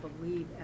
believe